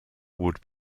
would